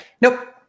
Nope